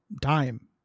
Time